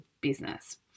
business